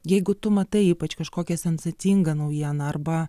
jeigu tu matai ypač kažkokią sensacingą naujieną arba